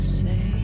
say